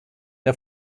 der